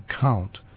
count